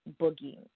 Boogie